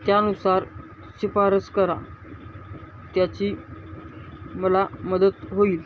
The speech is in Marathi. त्यानुसार शिफारस करा त्याची मला मदत होईल